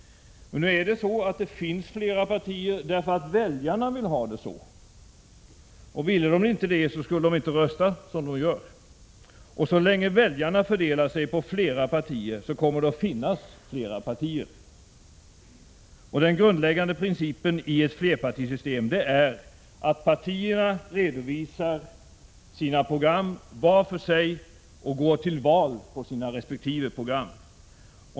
Men nu finns det flera partier därför att väljarna vill ha det så. Ville de inte det, så skulle de inte rösta som de gör. Och så länge väljarna fördelar sig på flera partier kommer det att finnas flera partier. Den grundläggande principen i ett flerpartisystem är att partierna redovisar sina program var för sig och går till val på sina resp. program.